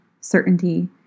certainty